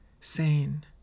sane